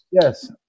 Yes